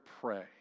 pray